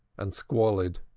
and squalid.